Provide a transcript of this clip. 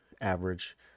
average